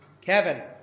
Kevin